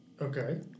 Okay